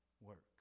work